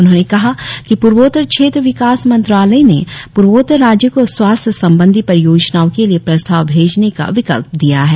उन्होंने कहा कि पूर्वोत्तर क्षेत्र विकास मंत्रालय ने पूर्वोत्तर राज्यों को स्वास्थ्य संबंधी परियोजनाओं के लिए प्रस्ताव भेजने का विकल्प दिया है